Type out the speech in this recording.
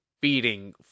beating